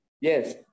Yes